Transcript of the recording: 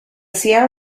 sierra